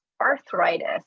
arthritis